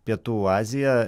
pietų azija